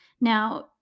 Now